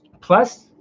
plus